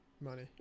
money